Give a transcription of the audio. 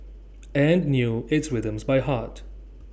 and knew its rhythms by heart